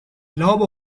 love